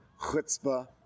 chutzpah